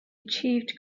achieved